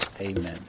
Amen